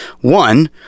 one